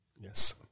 Yes